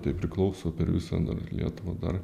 tai priklauso per visą lietuvą dar